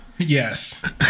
Yes